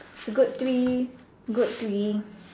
it's a good three good three